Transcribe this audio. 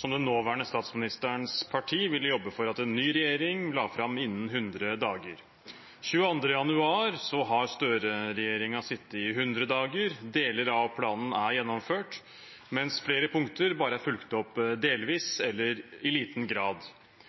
som den nåværende statsministerens parti ville jobbe for at en ny regjering skulle legge fram innen 100 dager. Den 22. januar har Støre-regjeringen sittet i 100 dager. Deler av planen er gjennomført, mens flere punkter bare er fulgt opp i delvis eller liten grad.